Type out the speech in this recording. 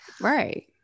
Right